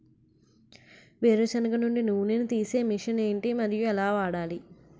వేరు సెనగ నుండి నూనె నీ తీసే మెషిన్ ఏంటి? మరియు ఎలా వాడాలి?